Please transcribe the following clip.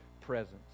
presence